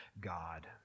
God